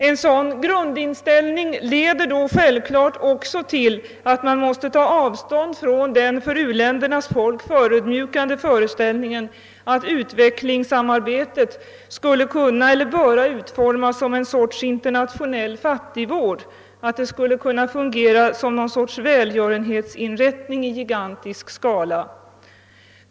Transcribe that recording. En sådan grundinställning leder då självklart också till att man måste ta avstånd från den för u-ländernas folk förödmjukande föreställningen att utvecklingssamarbetet skulle kunna eller borde utformas som en sorts internationell fattigvård, att det skuHe fungera som en välgörenhetsinrättning i gigantisk skala.